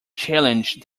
challenged